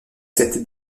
cette